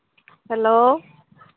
hello